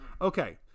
Okay